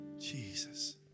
Jesus